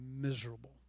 miserable